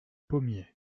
pommiers